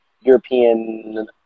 European